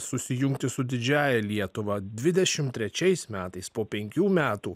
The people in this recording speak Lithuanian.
susijungti su didžiąja lietuva dvidešim trečiais metais po penkių metų